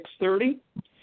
6.30